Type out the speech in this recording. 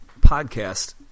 podcast